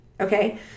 okay